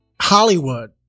Hollywood